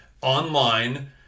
online